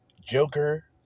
Joker